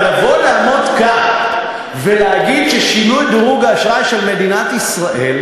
אבל לבוא לעמוד כאן ולהגיד ששינו את דירוג האשראי של מדינת ישראל,